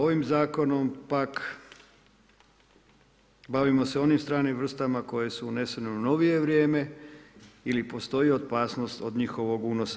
Ovim zakonom pak bavimo se onim stranim vrstama koje su unesene u novije vrijeme ili postoji opasnost od njihovog unosa.